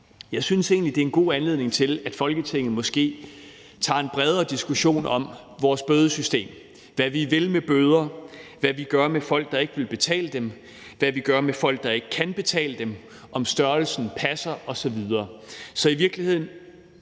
Jeg synes egentlig, det er en god anledning til, at Folketinget tager en bredere diskussion om vores bødesystem: Hvad vi vil med bøder, hvad vi gør med folk, der ikke vil betale dem, hvad vi gør med folk, der ikke kan betale dem, om størrelsen passer osv. Så i virkeligheden